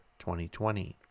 2020